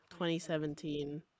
2017